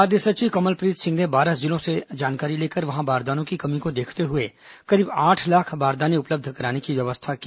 खाद्य सचिव कमलप्रीत सिंह ने बारह जिलों से जानकारी लेकर वहां बारदानों की कमी को देखते हुए करीब आठ लाख बारदाने उपलब्ध कराने की व्यवस्था की